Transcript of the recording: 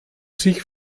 sich